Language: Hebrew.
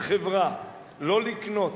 לא לקנות,